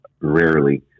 rarely